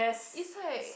it's like